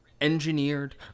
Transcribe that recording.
engineered